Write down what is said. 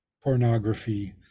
pornography